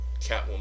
Catwoman